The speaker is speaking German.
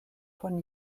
von